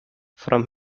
from